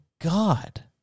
God